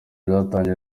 byatangajwe